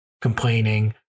complaining